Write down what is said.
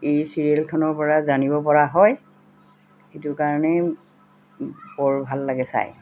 এই ছিৰিয়েলখনৰ পৰা জানিব পৰা হয় সেইটো কাৰণেই বৰ ভাল লাগে চাই